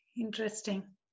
Interesting